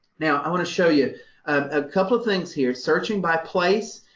now i want to show you a couple of things here. searching by place,